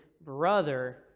brother